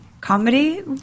Comedy